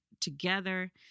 together